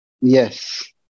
Yes